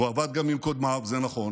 והוא עבד גם עם קודמיו, זה נכון.